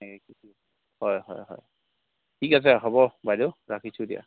হয় হয় হয় ঠিক আছে হ'ব বাইদেউ ৰাখিছোঁ এতিয়া